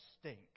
stink